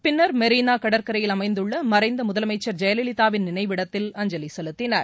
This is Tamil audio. பின்னர் மெரினா கடற்கரையில் அமைந்துள்ள மறைந்த முதலமைச்சர் ஜெயலலிதாவின் நினைவிடத்தில் அஞ்சலி செலுத்தினர்